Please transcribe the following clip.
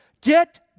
get